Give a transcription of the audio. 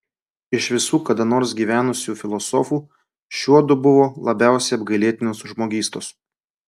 iš visų kada nors gyvenusių filosofų šiuodu buvo labiausiai apgailėtinos žmogystos